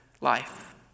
life